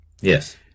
Yes